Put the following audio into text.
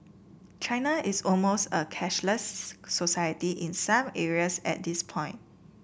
China is almost a cashless society in some areas at this point